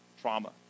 trauma